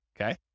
okay